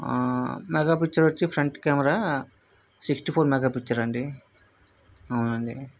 ఆ మెగాపిక్సల్ వచ్చి front camera sixty four megapixel అండి అవునండి